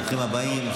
ברוכים הבאים.